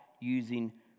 using